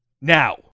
now